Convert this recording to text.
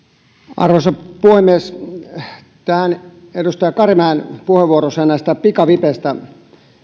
arvoisa puhemies edustaja karimäen puheenvuoroon pikavipeistä